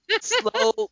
slow